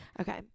Okay